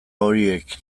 horiek